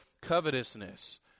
covetousness